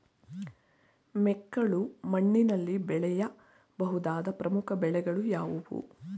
ಮೆಕ್ಕಲು ಮಣ್ಣಿನಲ್ಲಿ ಬೆಳೆಯ ಬಹುದಾದ ಪ್ರಮುಖ ಬೆಳೆಗಳು ಯಾವುವು?